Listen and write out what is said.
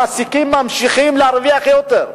המעסיקים ממשיכים להרוויח יותר,